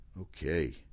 Okay